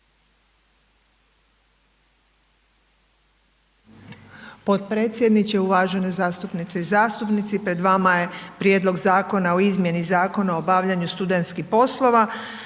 Potpredsjedniče, uvažene zastupnice i zastupnici. Pred vama je Prijedlog zakona o izmjeni Zakona o obavljanju studentskih poslova.